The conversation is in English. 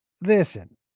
listen